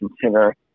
consider